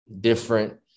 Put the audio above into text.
different